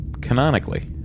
canonically